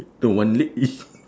the one leg lift